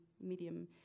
medium